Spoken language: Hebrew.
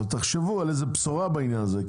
אבל תחשבו על איזו בשורה בעניין הזה.